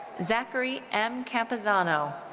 zachary m. campuzano.